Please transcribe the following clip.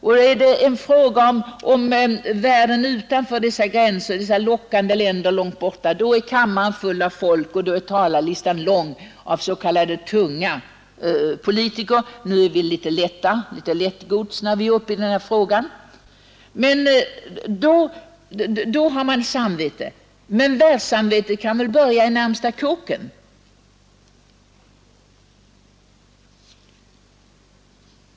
Gäller det en diskussion om världen utanför vårt lands gränser, om något lockande land långt borta, då är kammaren full av folk och då är talarlistan lång och upptar s.k. tunga politiker — när vi går upp i den här frågan är vi tydligen lättare gods med ett annat samvete! Men världssamvetet kan väl börja i den närmaste kåken!